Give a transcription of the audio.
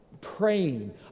Praying